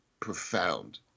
profound